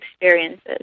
experiences